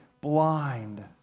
blind